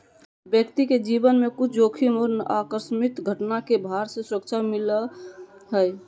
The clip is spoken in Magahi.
व्यक्ति के जीवन में कुछ जोखिम और आकस्मिक घटना के भार से सुरक्षा मिलय हइ